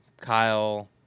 Kyle